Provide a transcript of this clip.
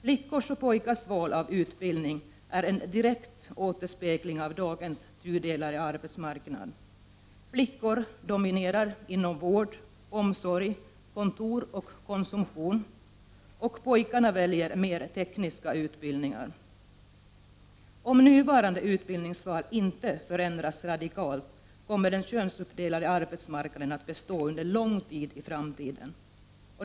Flickors och pojkars val av utbildning är en direkt återspegling av dagens tudelade arbetsmarknad. Flickor dominerar inom vård, omsorg, kontor och konsumtion, medan pojkarna väljer mer tekniska utbildningar. Om nuvarande utbildningsval inte förändras radikalt kommer den könsrollsuppdelade arbetsmarknaden att bestå under lång tid i framtiden.